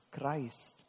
Christ